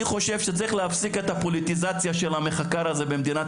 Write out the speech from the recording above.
אני חושב שצריך להפסיק את הפוליטיזציה של המחקר הזה במדינת